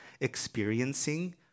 experiencing